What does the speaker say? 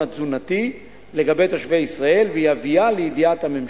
התזונתי לגבי תושבי ישראל ויביאה לידיעת הממשלה".